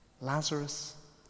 Lazarus